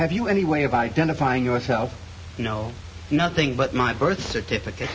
have you any way of identifying yourself you know nothing but my birth certificate